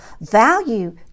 value